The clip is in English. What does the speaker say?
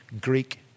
Greek